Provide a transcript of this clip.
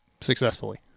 successfully